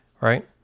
right